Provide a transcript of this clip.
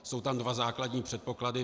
Jsou tam dva základní předpoklady.